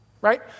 right